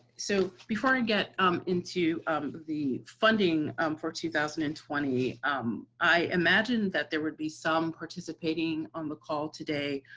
so before we get into the funding for two thousand and twenty um i imagine that there would be some participating on the call today.